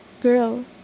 Girl